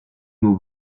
nous